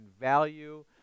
value